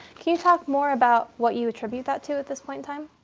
can you talk more about what you attribute that to at this point in time?